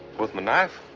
with my knife.